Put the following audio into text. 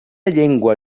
llengua